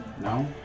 No